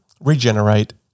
regenerate